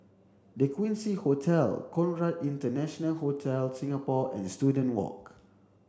the Quincy Hotel Conrad International Hotel Singapore and Student Walk